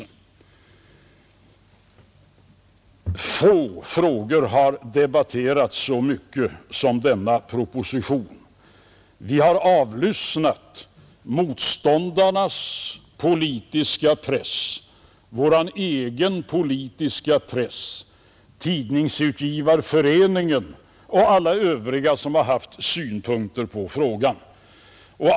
Få frågor har debatterats så mycket som förslaget om annonsskatt. Vi har avlyssnat motståndarnas politiska press, vår egen politiska press, Tidningsutgivareföreningen och alla övriga som har haft synpunkter på frågan.